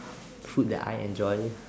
food that I enjoy